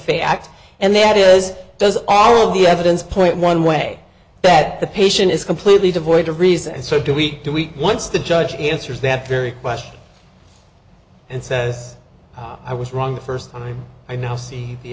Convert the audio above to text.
fact and that is does all the evidence point one way that the patient is completely devoid of reason and so do week to week once the judge answers that very question and says i was wrong the first time i now see the